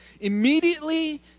Immediately